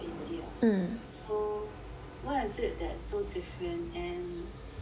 so what is it that so different and